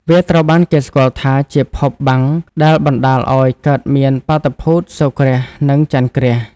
វាត្រូវបានគេស្គាល់ថាជាភពបាំងដែលបណ្ដាលឱ្យកើតមានបាតុភូតសូរ្យគ្រាស និងចន្ទគ្រាស។